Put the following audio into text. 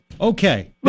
Okay